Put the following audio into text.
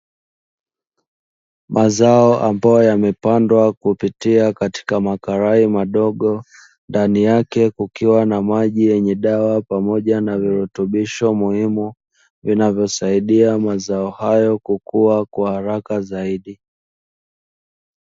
Mazao yaliyopandwa kwenye makarai madogo, ndani yake kukiwa na Maji yenye dawa pamoja na virutubisho muhimu vinavyosaidia kusaidia mimea hiyo kukua kwa haraka zaidi.